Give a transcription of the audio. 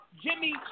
Jimmy